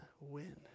win